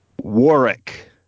Warwick